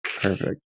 perfect